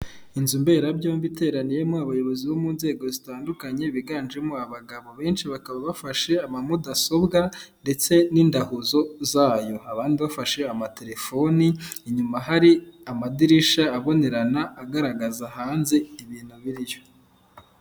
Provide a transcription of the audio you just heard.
Inzu mberabyombi iteraniyemo abayobozi bo mu nzego zitandukanye biganjemo abagabo benshi bakaba bafashe ama mudasobwa ndetse n'indahuzo zayo abandi bafashe amatelefoni inyuma hari amadirishya abonerana agaragaza hanze ibintu biriyo.